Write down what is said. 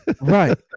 Right